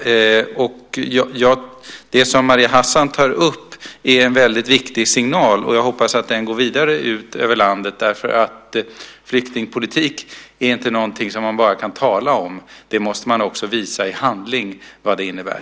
Maria Hassan tar upp en väldigt viktig signal. Jag hoppas att den går vidare ut över landet. Flyktingpolitik är inte någonting som man bara kan tala om. Man måste också visa i handling vad det innebär.